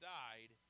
died